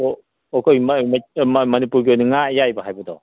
ꯑꯣ ꯑꯣ ꯑꯩꯈꯣꯏ ꯃꯅꯤꯄꯨꯔꯒꯤ ꯑꯣꯏꯅ ꯉꯥ ꯑꯌꯥꯏꯕ ꯍꯥꯏꯕꯗꯣ